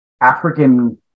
african